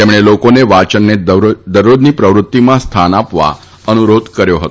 તેમણે લોકોને વા ચનને દરરોજની પ્રવૃત્તિમાં સ્થાન આપવા અનુરોધ કર્યો હતો